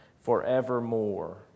forevermore